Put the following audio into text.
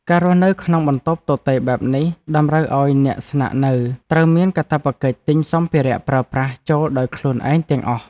ការរស់នៅក្នុងបន្ទប់ទទេរបែបនេះតម្រូវឱ្យអ្នកស្នាក់នៅត្រូវមានកាតព្វកិច្ចទិញសម្ភារៈប្រើប្រាស់ចូលដោយខ្លួនឯងទាំងអស់។